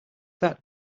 that